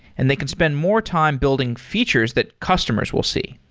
and they can spend more time building features that customers will see.